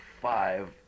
five